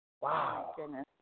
Wow